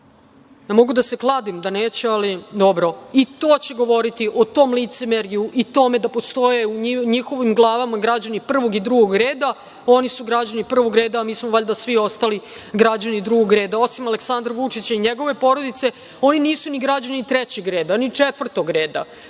Mogu da se kladim da neće, ali dobro i to će govoriti, o tom licemerju i tome da postoje u njihovim glavama građani prvog i drugog reda. Oni su građani prvog reda, a mi smo valjda svi ostali građani drugog reda, osim Aleksandra Vučića i njegove porodice, oni nisu ni građani trećeg reda, ni četvrtog reda.